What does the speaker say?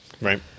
Right